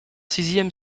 sixième